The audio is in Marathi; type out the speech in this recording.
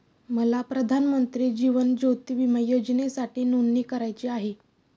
मला प्रधानमंत्री जीवन ज्योती विमा योजनेसाठी नोंदणी करायची आहे